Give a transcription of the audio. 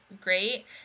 great